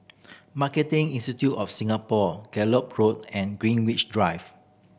Marketing Institute of Singapore Gallop Road and Greenwich Drive